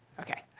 ok.